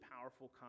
powerful